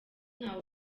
ntawe